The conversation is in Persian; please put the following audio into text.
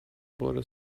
بار